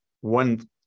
one